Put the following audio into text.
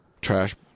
trash